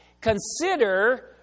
consider